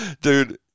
dude